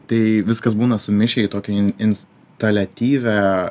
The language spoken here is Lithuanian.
tai viskas būna sumišę į tokį in ins taliatyvią